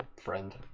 friend